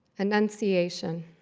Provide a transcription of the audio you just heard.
annunciation